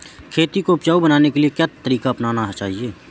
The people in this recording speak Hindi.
खेती को उपजाऊ बनाने के लिए क्या तरीका अपनाना चाहिए?